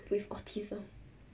with autism